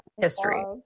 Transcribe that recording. history